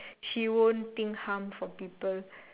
she won't think harm for people